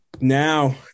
now